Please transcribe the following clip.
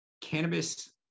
cannabis